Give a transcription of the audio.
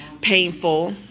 painful